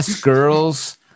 girls